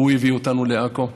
והוא הביא אותנו לעכו.